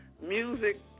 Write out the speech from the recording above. music